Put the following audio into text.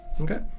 Okay